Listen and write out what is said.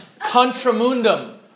Contramundum